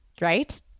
right